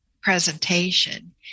presentation